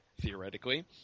theoretically